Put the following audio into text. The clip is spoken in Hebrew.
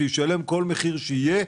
שישלם כל מחיר שיהיה,